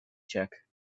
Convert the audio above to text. check